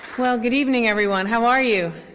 well good evening everyone. how are you?